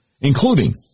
including